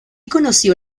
conoció